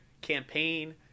campaign